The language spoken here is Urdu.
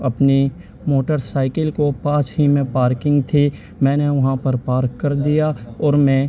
اپنی موٹرسائیکل کو پاس ہی میں پارکنگ تھی میں نے وہاں پر پارک کر دیا اور میں